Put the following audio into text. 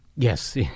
Yes